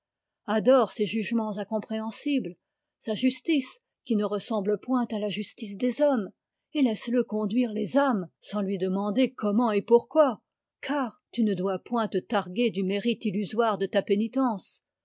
adore ses jugements incompréhensibles sa justice qui ne ressemble point à la justice des hommes et laisse-le conduire les âmes sans lui demander comment et pourquoi car tu ne dois point te targuer du mérite illusoire de ta pénitence